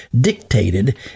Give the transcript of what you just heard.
dictated